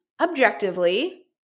objectively